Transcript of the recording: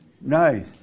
Nice